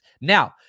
Now